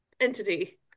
entity